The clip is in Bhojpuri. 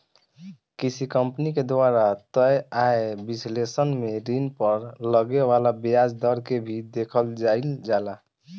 किसी कंपनी के द्वारा तय आय विश्लेषण में ऋण पर लगे वाला ब्याज दर के भी देखल जाइल जाला